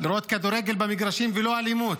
לראות כדורגל במגרשים, ולא אלימות,